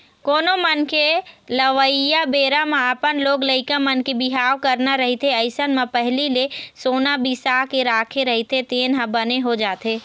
कोनो मनखे लअवइया बेरा म अपन लोग लइका मन के बिहाव करना रहिथे अइसन म पहिली ले सोना बिसा के राखे रहिथे तेन ह बने हो जाथे